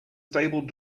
stable